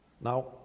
Now